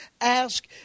ask